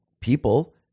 people